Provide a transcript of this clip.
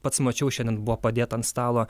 pats mačiau šiandien buvo padėta ant stalo